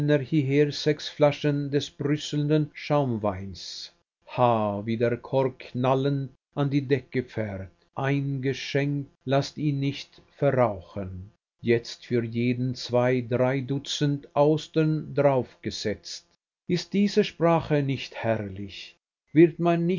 hieher sechs flaschen des brüsselnden schaumweins ha wie der kork knallend an die decke fährt eingeschenkt laßt ihn nicht verrauchen jetzt für jeden zwei drei dutzend austern draufgesetzt ist diese sprache nicht herrlich wird man